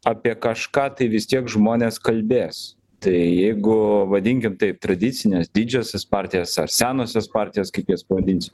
apie kažką tai vis tiek žmonės kalbės tai jeigu vadinkim taip tradicinės didžiosios partijos ar senosios partijos kaip jas pavadinsi